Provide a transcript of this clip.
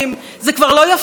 זרעי הפורענות,